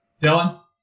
Dylan